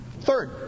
Third